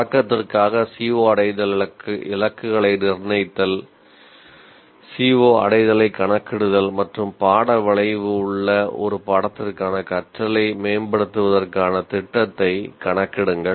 பழக்கத்திற்காக CO அடைதல் இலக்குகளை நிர்ணயித்தல் CO அடைதலை கணக்கிடுதல் மற்றும் பாட விளைவு உள்ள ஒரு பாடத்திற்கான கற்றலை மேம்படுத்துவதற்கான திட்டத்தை கணக்கிடுங்கள்